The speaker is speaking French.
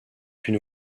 une